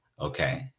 Okay